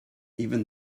even